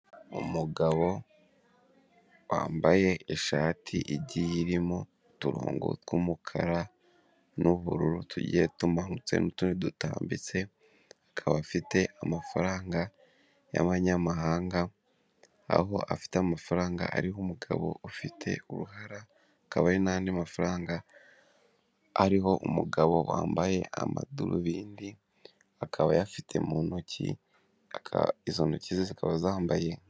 Umugabo wambaye ishati igiye irimo, uturongo tw'umukara, n'ubururu tugiye tumanutse nu tundi dutambitse, akaba afite amafaranga y'abanyamahanga ,aho afite amafaranga ariho umugabo ufite uruhara, hakaba n'andi mafaranga ariho umugabo wambaye amadarubindi, akaba ayafite mu ntoki izo ntoki ze zikaba zambaye .